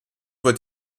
wird